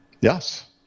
yes